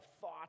thought